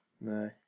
No